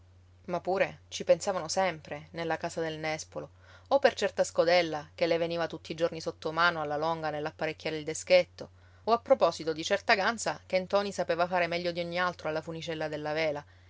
ma pure ci pensavano sempre nella casa del nespolo o per certa scodella che le veniva tutti i giorni sotto mano alla longa nell'apparecchiare il deschetto o a proposito di certa ganza che ntoni sapeva fare meglio di ogni altro alla funicella della vela